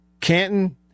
Canton